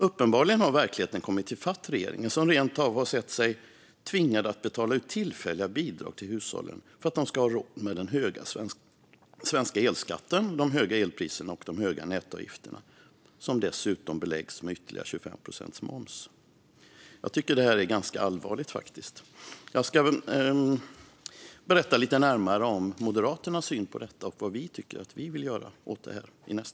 Uppenbarligen har verkligheten kommit i fatt regeringen, som rent av har sett sig tvingad att betala ut tillfälliga bidrag till hushållen för att de ska ha råd med den höga svenska elskatten, de höga elpriserna och de höga nätavgifterna, som dessutom beläggs med 25 procents moms. Jag tycker faktiskt att det här är ganska allvarligt. Jag ska i nästa inlägg berätta lite närmare om Moderaternas syn på detta och vad vi vill göra åt det.